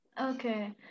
Okay